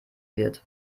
wird